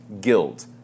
guilt